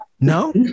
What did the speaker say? No